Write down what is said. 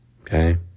okay